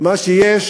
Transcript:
מה שיש